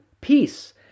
peace